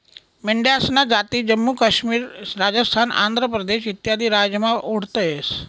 मेंढ्यासन्या जाती जम्मू काश्मीर, राजस्थान, आंध्र प्रदेश इत्यादी राज्यमा आढयतंस